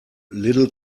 little